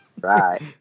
right